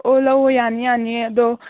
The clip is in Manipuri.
ꯑꯣ ꯂꯧꯑꯣ ꯌꯥꯅꯤ ꯌꯥꯅꯤ ꯑꯗꯣ